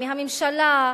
מהממשלה?